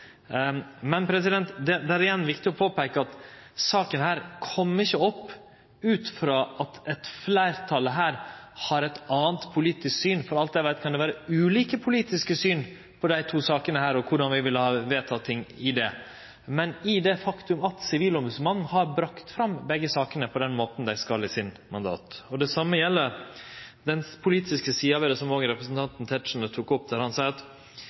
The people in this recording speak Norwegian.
men eg siterte frå merknadene, som seier at dersom det var eit politisk ønske om endring, måtte ein valt ein annan veg enn i denne saka. Det er igjen viktig å påpeike at denne saka ikkje kom opp ut frå at eit fleirtal her har eit anna politisk syn – for alt eg veit kan det vere ulike politiske syn på desse to sakene og korleis vi vil ha vedteke ting i dei – men ut frå det faktum at Sivilombodsmannen har bringa fram begge sakene på den måten dei skal, etter mandatet sitt. Det same gjeld den politiske sida